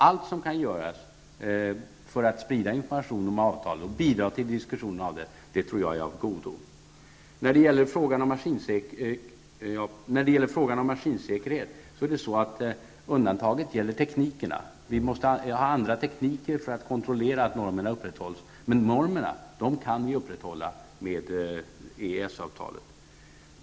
Allt som kan göras för att sprida information och bidra till diskussion om avtalet är av godo. I fråga om maskinsäkerhet gäller undantaget teknikerna. Vi måste ha andra tekniker för att kunna kontrollera att normera upprätthålls, men normerna kan upprätthållas med EES-avtalet.